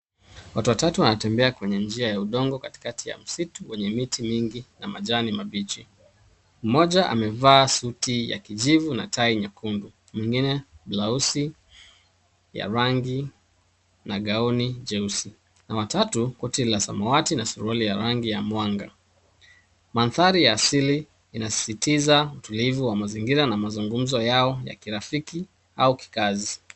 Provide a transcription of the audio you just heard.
Watu watatu wanatembea kwenye njia ya udongo katikati ya msitu wenye miti mingi na majani mabichi. Mmoja amevaa suti ya kijivu na tai nyekundu, mwingine blausi ya rangi na gauni jeusi na wa tatu, koti la samawati na suruali ya rangi ya mwanga. Mandhari asili inasisitiza utulivu wa mazingira na mazungumzo yao ya kirafiki au kikazi.